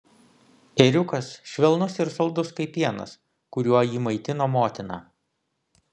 ėriukas švelnus ir saldus kaip pienas kuriuo jį maitino motina